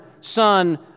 Son